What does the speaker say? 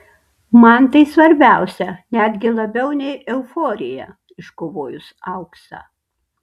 man tai svarbiausia netgi labiau nei euforija iškovojus auksą